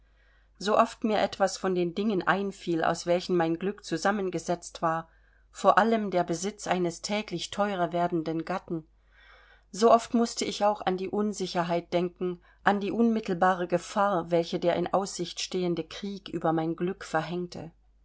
so oft mir etwas von den dingen einfiel aus welchen mein glück zusammengesetzt war vor allem der besitz eines täglich teurer werdenden gatten so oft mußte ich auch an die unsicherheit denken an die unmittelbare gefahr welche der in aussicht stehende krieg über mein glück verhängte